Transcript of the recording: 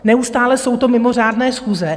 Neustále jsou to mimořádné schůze.